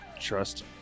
trust